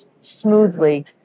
smoothly